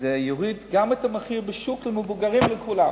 זה יוריד גם את המחיר בשוק למבוגרים, לכולם.